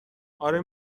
آره